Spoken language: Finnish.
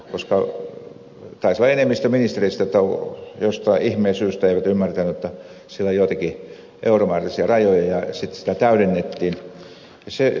taisi olla enemmistö ministereistä jotka jostain ihmeen syystä eivät ymmärtäneet että siellä on joitakin euromääräisiä rajoja ja sitten sitä täydennettiin